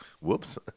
Whoops